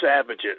savages